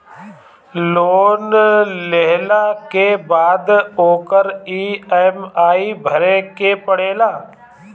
loan लेहला के बाद ओकर इ.एम.आई भरे के पड़ेला